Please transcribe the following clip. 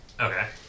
Okay